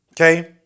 okay